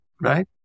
Right